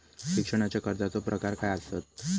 शिक्षणाच्या कर्जाचो प्रकार काय आसत?